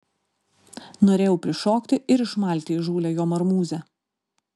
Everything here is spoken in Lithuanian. norėjau prišokti ir išmalti įžūlią jo marmūzę